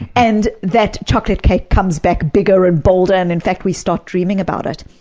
and that chocolate cake comes back bigger and bolder and, in fact, we start dreaming about it.